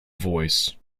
voice